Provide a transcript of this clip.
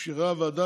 אפשרה הוועדה,